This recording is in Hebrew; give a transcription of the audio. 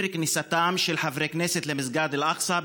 את כניסתם של חברי הכנסת למסגד אל-אקצה,